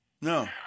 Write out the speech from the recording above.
No